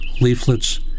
leaflets